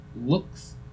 looks